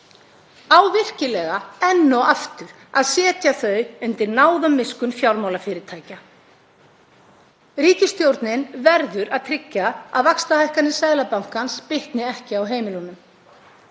Á virkilega enn og aftur að setja þau undir náð og miskunn fjármálafyrirtækja? Ríkisstjórnin verður að tryggja að vaxtahækkanir Seðlabankans bitni ekki á heimilunum.